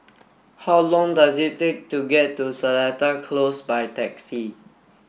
how long does it take to get to Seletar Close by taxi